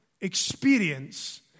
experience